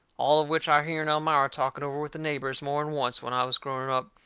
all of which i hearn elmira talking over with the neighbours more'n once when i was growing up,